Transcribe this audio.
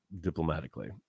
diplomatically